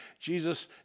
Jesus